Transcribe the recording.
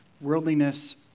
Worldliness